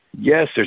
yes